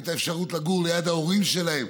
את האפשרות לגור ליד ההורים שלהם,